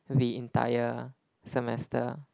the entire semester